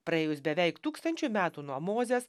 praėjus beveik tūkstančiui metų nuo mozės